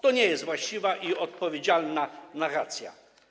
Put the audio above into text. To nie jest właściwa i odpowiedzialna narracja.